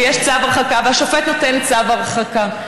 יש צו הרחקה, השופט נותן צו הרחקה,